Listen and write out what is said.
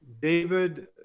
David